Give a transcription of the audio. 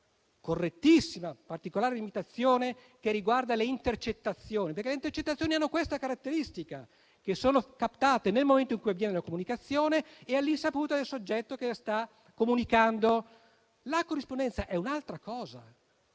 correttissima, che riguarda le intercettazioni, perché queste ultime hanno questa caratteristica: sono captate nel momento in cui avviene la comunicazione e all'insaputa del soggetto che sta comunicando. La corrispondenza è un'altra cosa.